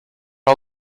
all